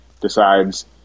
decides